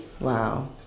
Wow